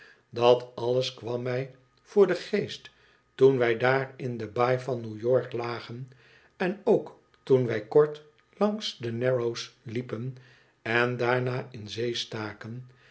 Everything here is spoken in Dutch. dat ailes kwam mij voor den geest toen wij daar in de baai van new york lagen en ook toen wij kort langs de narrows liepen en daarna in zee staken